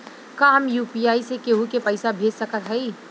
का हम यू.पी.आई से केहू के पैसा भेज सकत हई?